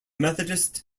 methodist